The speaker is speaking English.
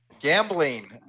gambling